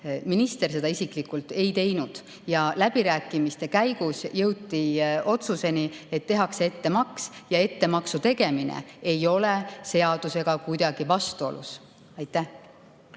Minister seda isiklikult ei teinud. Läbirääkimiste käigus jõuti otsuseni, et tehakse ettemaks, ja ettemaksu tegemine ei ole seadusega kuidagi vastuolus. Siret